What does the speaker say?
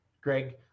Greg